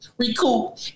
recoup